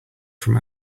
from